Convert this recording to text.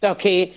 Okay